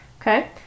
Okay